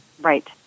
Right